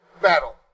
battle